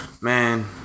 Man